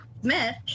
Smith